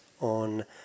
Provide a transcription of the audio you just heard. on